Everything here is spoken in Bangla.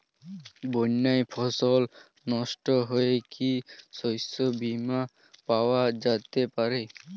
বন্যায় ফসল নস্ট হলে কি শস্য বীমা পাওয়া যেতে পারে?